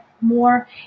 more